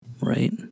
Right